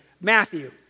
Matthew